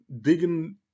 digging